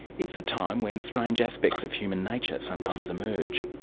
it's a time when strange aspects of human nature sometimes emerge.